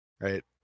right